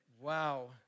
wow